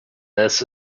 this